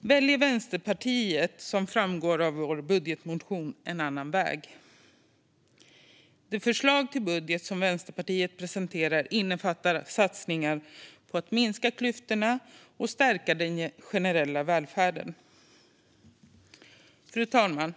väljer Vänsterpartiet en annan väg, vilket framgår av vår budgetmotion. Det förslag till budget som Vänsterpartiet presenterar innefattar satsningar på att minska klyftorna och stärka den generella välfärden. Fru talman!